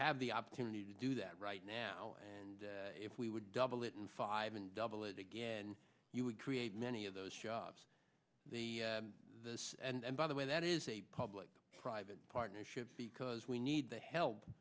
have the opportunity to do that right now and if we would double it in five and double it again you would create many of those jobs the this and by the way that is a public private partnership because we need the help